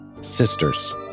Sisters